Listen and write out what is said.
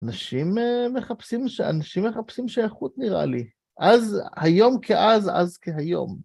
אנשים מחפשים שייכות, נראה לי. אז היום כאז, אז כהיום.